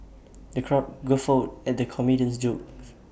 the crowd guffawed at the comedian's jokes